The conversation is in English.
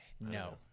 No